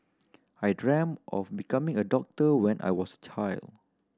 I dreamt of becoming a doctor when I was a child